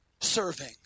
serving